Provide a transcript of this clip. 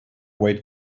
wait